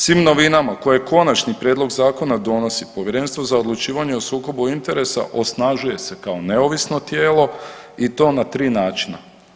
Svim novinama koje konačni prijedlog zakona donosi Povjerenstvo za odlučivanje o sukobu interesa osnažuje se kao neovisno tijelo i to na tri načina.